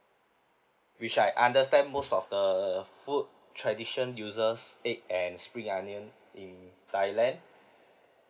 which I understand most of the food tradition uses egg and spring onion in thailand